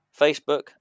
Facebook